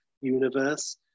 universe